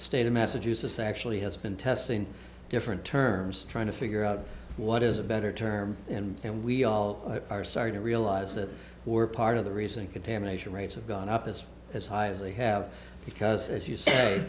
state of massachusetts actually has been testing different terms trying to figure out what is a better term and we all are starting to realize that we're part of the reason contamination rates have gone up is as high as they have because as you say